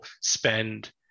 spend